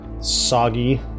soggy